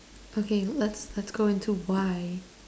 okay let's let's go into why